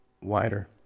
wider